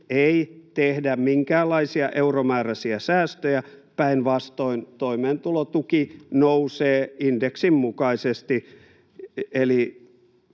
ei tehdä minkäänlaisia euromääräisiä säästöjä, päinvastoin toimeentulotuki nousee indeksin mukaisesti